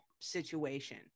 situation